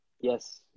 yes